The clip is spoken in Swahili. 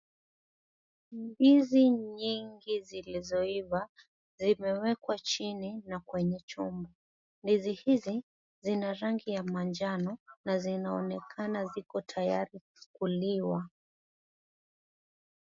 Ndizi nyingi zilizoiva zimewekwa chini na kwenye chumba. Ndizi hizi zina rangi ya manjano na zinaonekana ziko tayari kuliwa.